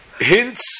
hints